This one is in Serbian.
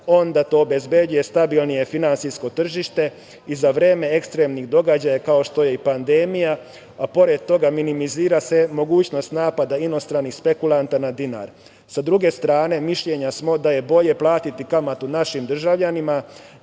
onda to obezbeđuje stabilnije finansijsko tržište i za vreme ekstremnih događaja, kao što je i pandemija, a pored toga, minimizira se mogućnost napada inostranih spekulanta na dinar. Sa druge strane, mišljenja smo da je bolje platiti kamatu našim državljanima